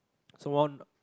someone